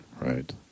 Right